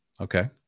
Okay